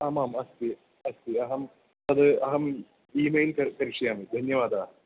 आम् आम् अस्ति अस्ति अहं तद् अहम् ईमेल् करोमि करिष्यामि धन्यवादाः